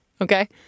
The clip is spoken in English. Okay